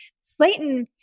Slayton